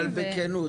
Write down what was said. אבל בכנות,